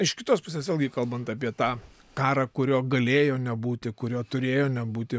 iš kitos pusės vėlgi kalbant apie tą karą kurio galėjo nebūti kurio turėjo nebūti